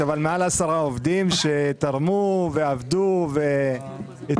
אבל מעל עשרה עובדים שתרמו ועבדו והתמודדו.